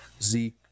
Zeke